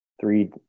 three